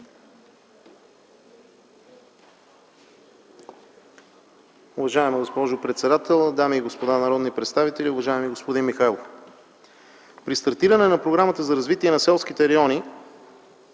Уважаема госпожо председател, дами и господа народни представители, уважаеми господин Михайлов! При стартиране на Програмата за развитие на селските райони,